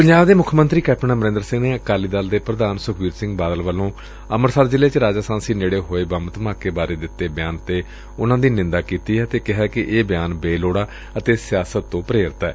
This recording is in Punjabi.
ਪੰਜਾਬ ਦੇ ਮੁੱਖ ਮੰਤਰੀ ਕੈਪਟਨ ਅਮਰਿੰਦਰ ਸਿੰਘ ਨੇ ਅਕਾਲੀ ਦਲ ਦੇ ਪ੍ਰਧਾਨ ਸੁਖਬੀਰ ਸਿੰਘ ਬਾਦਲ ਵੱਲੋਂ ਅੰਮ੍ਤਿਤਸਰ ਜ਼ਿਲ੍ਹੇ ਚ ਰਾਜਾਸਾਂਸੀ ਨੇੜੇ ਹੋਏ ਬੰਬ ਧਮਾਕੇ ਬਾਰੇ ਦਿੱਤੇ ਬਿਆਨ ਤੇ ਉਨ੍ਹਾ ਦੀ ਨਿੰਦਾ ਕੀਤੀ ਏ ਅਤੇ ਕਿਹੈ ਕਿ ਇਹ ਬਿਆਨ ਬੇਲੋੜਾ ਅਤੇ ਸਿਆਸਤ ਤੋਂ ਪ੍ਰੇਰਿਤ ਏ